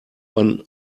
man